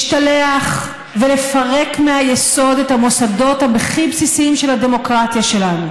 להשתלח ולפרק מהיסוד את המוסדות הכי בסיסיים של הדמוקרטיה שלנו.